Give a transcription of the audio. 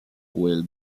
will